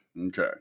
Okay